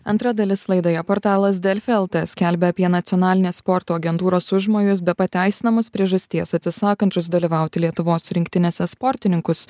antra dalis laidoje portalas delfi lt skelbia apie nacionalinės sporto agentūros užmojus be pateisinamos priežasties atsisakančius dalyvauti lietuvos rinktinėse sportininkus